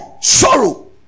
sorrow